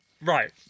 Right